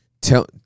tell